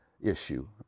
issue